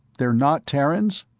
they're not terrans?